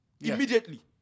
Immediately